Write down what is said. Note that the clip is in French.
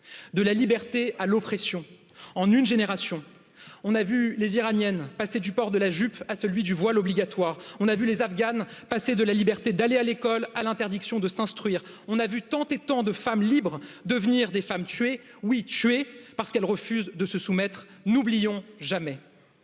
de la liberté à l'oppression en une génération. On a vu les Iraniennes passer du port de la jupe à celui du voile obligatoire. On a vu les Afghanes passer de la liberté d'aller à l'école à l'interdiction de s'instruire. On a vu tant et tant de femmes libres devenir des femmes tuées. oui tuées parce qu'elles refusent de se soumettre n'oublions jamais